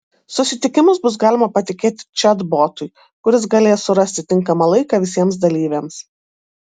susitikimus bus galima patikėti čatbotui kuris galės surasti tinkamą laiką visiems dalyviams